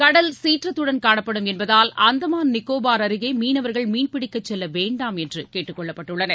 கடல் சீற்றத்துடன் காணப்படும் என்பதால் அந்தமான் நிக்கோபார் அருகேமீனவர்கள் மீன் பிடிக்கச் செல்லவேண்டாம் என்றுகேட்டுக்கொள்ளப்பட்டுள்ளனர்